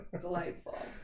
delightful